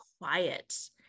quiet